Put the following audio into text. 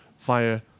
via